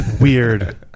Weird